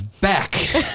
back